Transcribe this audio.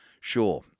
Sure